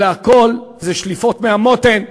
אלא הכול זה שליפות מהמותן.